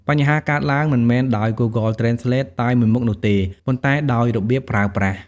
បញ្ហាកើតឡើងមិនមែនដោយ Google Translate តែមួយមុខនោះទេ ប៉ុន្តែដោយរបៀបប្រើប្រាស់។